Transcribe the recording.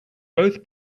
both